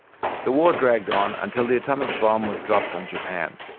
the war dragged on until the atomic bomb was dropped on japan.